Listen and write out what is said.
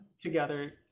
together